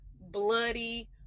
bloody